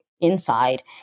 inside